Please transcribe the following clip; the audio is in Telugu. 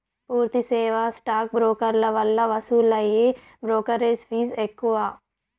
పూర్తి సేవా స్టాక్ బ్రోకర్ల వల్ల వసూలయ్యే బ్రోకెరేజ్ ఫీజ్ ఎక్కువ